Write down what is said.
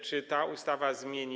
Czy ta ustawa to zmieni?